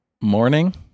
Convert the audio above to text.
Morning